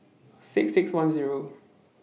six six one Zero